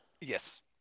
Yes